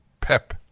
PEP